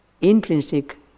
intrinsic